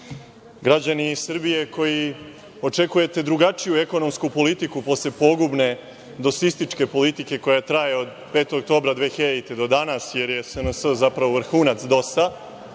građani Srbije koji očekujete drugačiju ekonomsku politiku posle pogubne DOS-ističke politike koja traje od 5. oktobra 2000. do danas, jer je SNS zapravo vrhunac DOS-a,